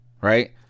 Right